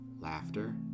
Laughter